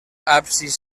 absis